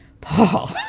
Paul